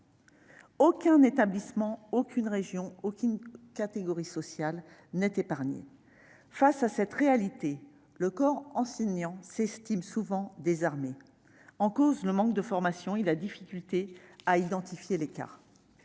Aucun établissement, aucune région, aucune catégorie sociale ne sont épargnés. Face à cette réalité, le corps enseignant s'estime souvent désarmé. Sont en cause le manque de formation et la difficulté à identifier les cas.